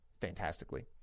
fantastically